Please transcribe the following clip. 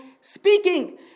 speaking